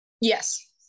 Yes